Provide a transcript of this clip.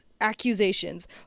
accusations